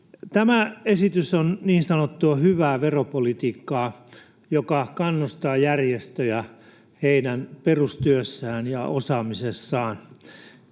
Tämä esitys on niin sanottua hyvää veropolitiikkaa, joka kannustaa järjestöjä niiden perustyössä ja osaamisessa.